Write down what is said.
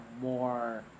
more